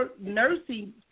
nursing